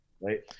Right